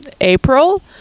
April